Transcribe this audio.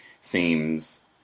seems